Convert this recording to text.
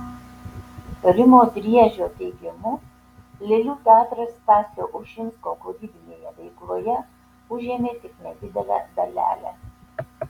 rimo driežio teigimu lėlių teatras stasio ušinsko kūrybinėje veikloje užėmė tik nedidelę dalelę